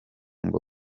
ngo